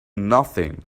nothing